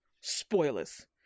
Spoilers